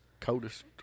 coldest